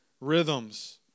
rhythms